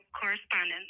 correspondence